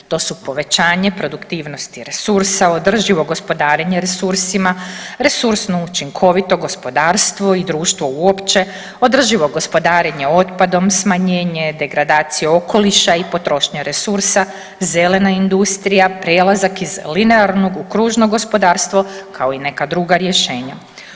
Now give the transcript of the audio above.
To su povećanje produktivnosti resursa, održivo gospodarenje resursima, resursno učinkovito gospodarstvo i društvo uopće, održivo gospodarenje otpadom, smanjenje, degradacija okoliša i potrošnja resursa, zelena industrija, prelazak iz linearnog u kružno gospodarstvo kao i neka druga rješenja.